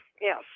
Yes